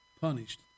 punished